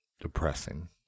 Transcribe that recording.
...depressing